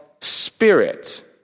spirit